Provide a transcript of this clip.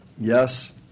Yes